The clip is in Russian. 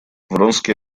вронский